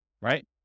right